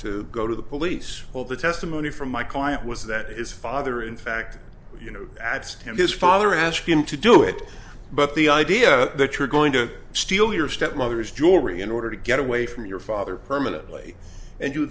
to go to the police all the testimony from my client was that his father in fact you know adds his father ask him to do it but the idea that you're going to steal your stepmother is jory in order to get away from your father permanently and you